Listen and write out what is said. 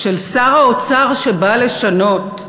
של שר האוצר שבא לשנות,